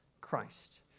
Christ